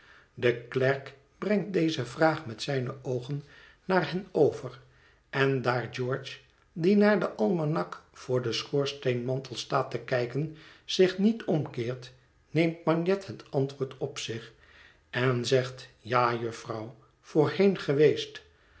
de klerk brengt deze vraag met zijne oogen naar hen over en daar george die naar den almanak voor den schoorsteenmantel staat te kijken zich niet omkeert neemt bagnet het antwoord op zich en zegt ja jufvrouw voorheen geweest